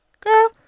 girl